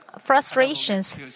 frustrations